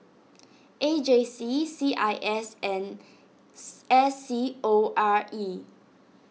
A J C C I S and S C O R E